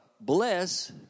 bless